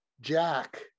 Jack